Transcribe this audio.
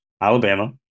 Alabama